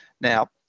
Now